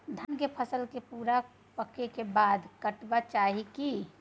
धान के फसल के पूरा पकै के बाद काटब चाही की?